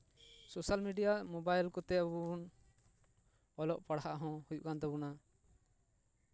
social media mobile ᱠᱚᱛᱮ ᱟᱵᱚ ᱵᱚᱱ ᱚᱞᱚᱜ ᱯᱟᱲᱦᱟᱜ ᱦᱚᱸ ᱦᱩᱭᱩᱜ ᱠᱟᱱ ᱛᱟᱵᱚᱱᱟ